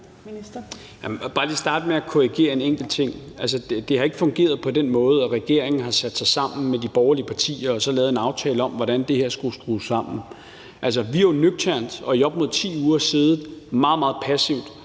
bare lige starte med at korrigere en enkelt ting: Det har ikke fungeret på den måde, at regeringen har sat sig sammen med de borgerlige partier og lavet en aftale om, hvordan det her skulle skrues sammen. Altså, vi har jo nøgternt og i op mod 10 uger siddet meget, meget passivt